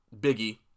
biggie